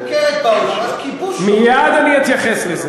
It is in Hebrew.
מייד אני אתייחס.